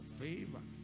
favor